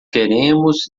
queremos